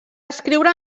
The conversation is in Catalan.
escriure